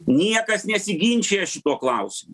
niekas nesiginčija šituo klausimu